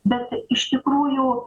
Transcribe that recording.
bet iš tikrųjų